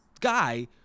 guy